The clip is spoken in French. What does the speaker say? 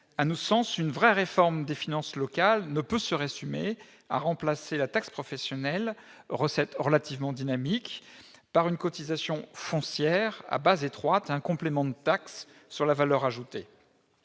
À notre sens, une vraie réforme des finances locales ne peut pas se réduire au simple remplacement de la taxe professionnelle, recette relativement dynamique, par une cotisation foncière dont la base est étroite et un complément de taxe sur la valeur ajoutée.